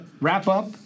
wrap-up